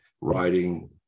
writing